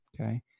okay